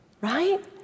right